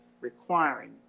requiring